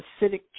acidic